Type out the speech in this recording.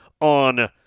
on